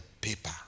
paper